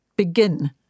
Begin